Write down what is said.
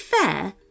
fair